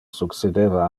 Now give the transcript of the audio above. succedeva